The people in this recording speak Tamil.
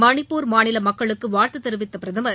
மணிப்பூர் மாநில மக்களுக்கு வாழ்த்து தெரிவித்த பிரதமர்